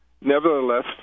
nevertheless